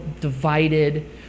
divided